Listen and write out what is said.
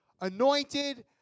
Anointed